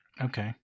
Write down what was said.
Okay